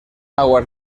aguas